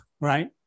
right